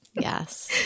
Yes